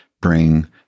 bring